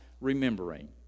remembering